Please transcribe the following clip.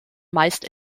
meist